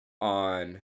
on